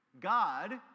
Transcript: God